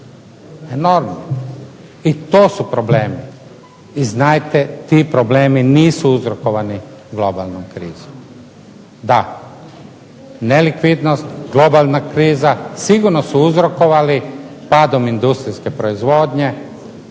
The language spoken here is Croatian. enormni. I to su problemi. I znajte ti problemi nisu uzrokovani globalnom krizom. Da, nelikvidnost, globalna kriza sigurno su uzrokovali padom industrijske proizvodnje,